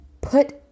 put